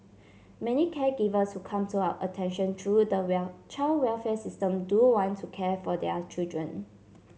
many caregivers who come to our attention through the will child welfare system do want to care for their children